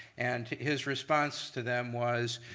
and his response to them was,